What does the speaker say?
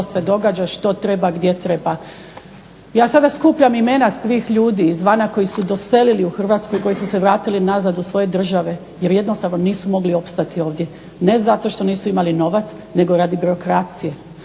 što se događa i što treba, gdje treba. J sada skupljam imena svih ljudi koji su se doselili u Hrvatsku, koji su se vratili nazad u svoje države jer jednostavno nisu mogli opstati ovdje, ne zato što nisu imali novac nego radi birokracije.